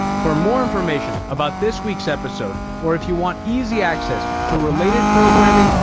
for more information about this week's episode, or if you want easy access to related programming,